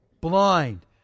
blind